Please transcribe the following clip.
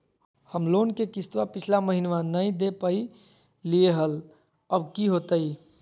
हम लोन के किस्तवा पिछला महिनवा नई दे दे पई लिए लिए हल, अब की होतई?